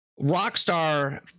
Rockstar